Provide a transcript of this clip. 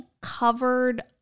covered